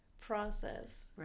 process